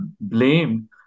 blamed